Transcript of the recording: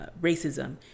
racism